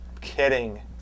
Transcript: kidding